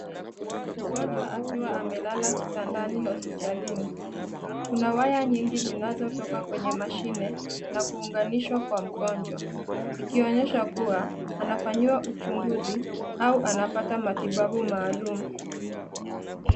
Mgonjwa akiwa amelala kitandani hospitalini. Kuna waya nyingi zinazotoka kwenye mashine na kuunganishwa kwa mgonjwa, ikionyesha kuwa anafanyiwa uchunguzi au anapata matibabu maalum.